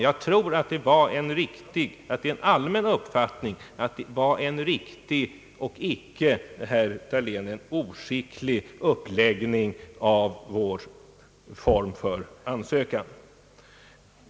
Jag tror att det är en allmän uppfattning att detta var en riktig och icke, herr Dahlén, en oskicklig uppläggning av vår ansökan.